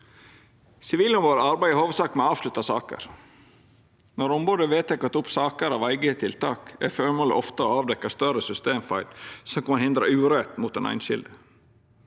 Sivilombodet arbeider i hovudsak med avslutta saker. Når ombodet vedtek å ta opp saker av eige tiltak, er føremålet ofte å avdekkja større systemfeil som kan hindra urett mot den einskilde.